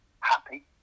happy